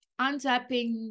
untapping